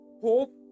hope